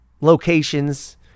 locations